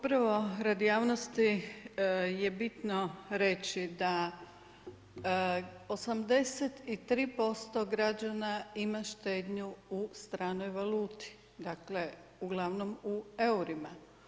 Upravo radi javnosti je bitno reći da 83% građana ima štednju u stranoj valuti, dakle uglavnom u eurima.